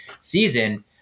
season